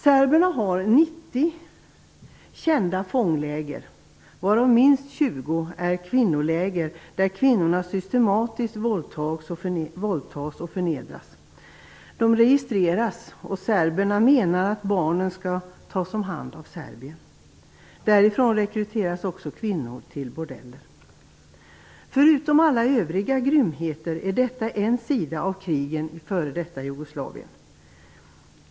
Serberna har 90 kända fångläger, varav minst 20 är kvinnoläger där kvinnorna systematiskt våldtas och förnedras. De registreras, och serberna menar att barnen skall tas om hand av Serbien. Från dessa läger rekryteras också kvinnor till bordeller. Förutom alla övriga grymheter är detta en särskild sida av krigen i f.d. Jugoslavien.